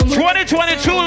2022